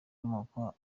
amoko